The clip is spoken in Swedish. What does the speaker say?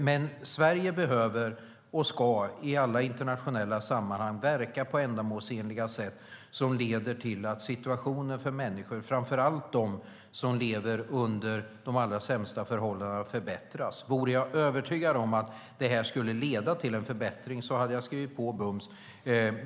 Men Sverige behöver och ska i alla internationella sammanhang verka på ändamålsenliga sätt som leder till att situationen för människor, framför allt för dem som lever under de allra sämsta förhållandena, förbättras. Vore jag övertygad om att detta skulle leda till en förbättring hade jag skrivit på bums.